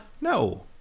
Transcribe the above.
No